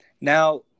Now –